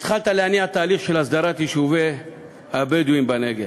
התחלת להניע תהליך של הסדרת יישובי הבדואים בנגב.